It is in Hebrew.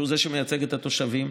שהוא שמייצג את התושבים.